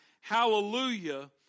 Hallelujah